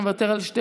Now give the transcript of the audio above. אתה מוותר על,